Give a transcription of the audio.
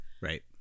Right